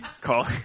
call